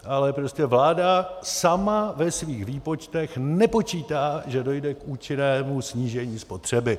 Ale prostě vláda sama ve svých výpočtech nepočítá, že dojde k účinnému snížení spotřeby.